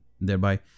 Thereby